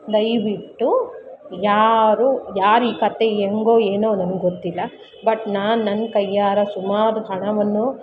ದಯವಿಟ್ಟು ಯಾರು ಯಾರ ಈ ಕಥೆ ಹೆಂಗೋ ಏನೋ ನನಗೆ ಗೊತ್ತಿಲ್ಲ ಬಟ್ ನಾನು ನನ್ನ ಕೈಯ್ಯಾರ ಸುಮಾರು ಹಣವನ್ನು